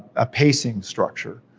a pacing structure.